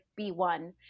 B1